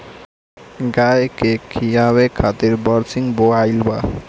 गाई के खियावे खातिर बरसिंग बोआइल बा